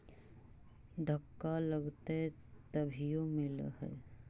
धक्का लगतय तभीयो मिल है?